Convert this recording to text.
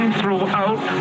throughout